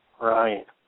Right